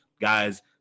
guys